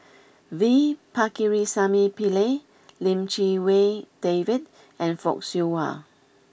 V Pakirisamy Pillai Lim Chee Wai David and Fock Siew Wah